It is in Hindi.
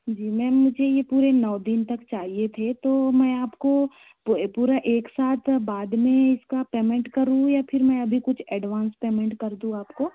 जी मैम मुझे ये पूरे नौ दिन तक चाहिए थे तो मैं आपको पूरा एक साथ बाद में इसका पेमेंट करूँ या फिर मैं अभी कुछ एडवांस पेमेंट कर दूँ आपको